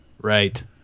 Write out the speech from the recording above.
Right